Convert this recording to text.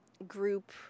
Group